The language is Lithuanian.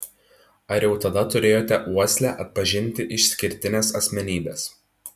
ar jau tada turėjote uoslę atpažinti išskirtines asmenybes